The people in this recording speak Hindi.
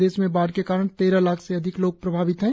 प्रदेश में बाढ़ के कारण तेरह लाख से अधिक लोग प्रभावित हुए हैं